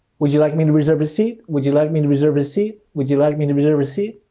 would you like me to reserve a seat? would you like me to reserve a seat? would you like me to reserve a seat?